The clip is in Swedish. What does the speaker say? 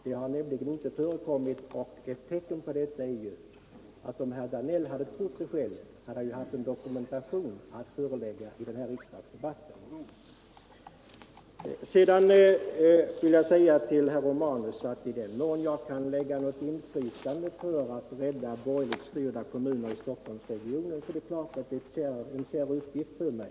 Detta har nämligen inte förekommit, och ett tecken på det är ju att om herr Danell hade trott det själv, hade han haft en dokumentation att förelägga riksdagen i den här debatten. Till herr Romanus vill jag säga, att i den mån jag kan använda mitt inflytande för att rädda borgerligt styrda kommuner i Stockholmsregionen är det naturligtvis en kär plikt för mig.